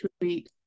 tweet